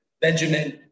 Benjamin